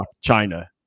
China